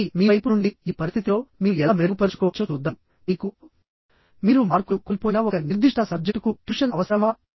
ఆపై మీ వైపు నుండి ఈ పరిస్థితిలో మీరు ఎలా మెరుగుపరుచుకోవచ్చో చూద్దాం మీకు మీరు మార్కులు కోల్పోయిన ఒక నిర్దిష్ట సబ్జెక్టుకు ట్యూషన్ అవసరమా